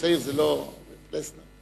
את חבר הכנסת פלסנר.